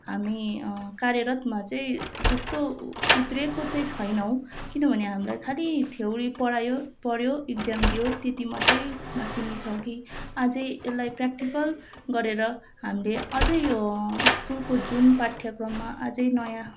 हामी कार्यरतमा त्यस्तो उत्रिएको छैनौँ किनभने हामीलाई खालि थ्योरी पढायो पढ्यो एक्जाम दियो त्यति मात्रैमा सीमित छ कि अझै यसलाई प्रेक्टिकल गरेर हामीले अझै यो स्कुलको जुन पाठ्यक्रममा अझै नयाँ